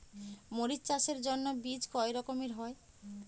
মরিচ চাষের জন্য বীজ কয় রকমের হয়?